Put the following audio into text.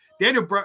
Daniel